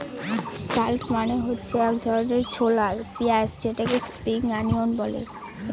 shallot মানে হচ্ছে এক ধরনের ছোলা পেঁয়াজ যেটাকে স্প্রিং অনিয়ন বলে